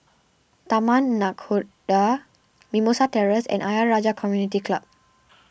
Taman Nakhoda Mimosa Terrace and Ayer Rajah Community Club